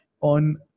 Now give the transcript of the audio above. on